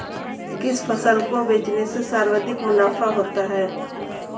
किस फसल को बेचने से सर्वाधिक मुनाफा होता है?